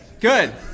Good